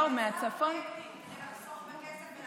באו מהצפון, לא,